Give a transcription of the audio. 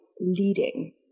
leading